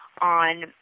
on